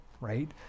right